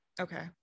Okay